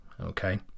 okay